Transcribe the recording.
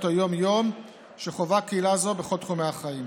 היום-יום שחווה קהילה זו בכל תחומי החיים.